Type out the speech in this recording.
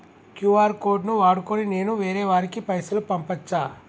QR code ను వాడుకొని నేను వేరే వారికి పైసలు పంపచ్చా?